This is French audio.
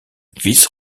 vice